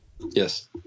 Yes